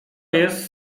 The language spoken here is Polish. jest